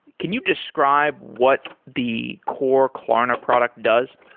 can you describe what the core klarna product does?